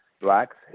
blacks